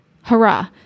Hurrah